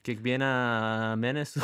kiekvieną mėnesį